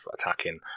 attacking